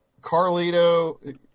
Carlito